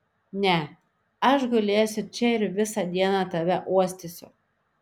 ne aš gulėsiu čia ir visą dieną tave uostysiu